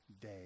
day